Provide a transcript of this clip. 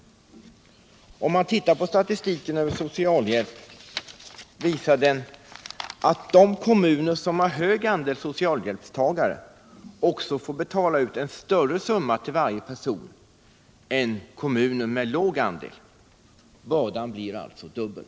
Om man ser på statistiken över socialhjälp, finner man att de kommuner som har stor andel socialhjälpstagare också får betala ut en större summa till varje person än kommuner med liten andel. Bördan blir alltså dubbel.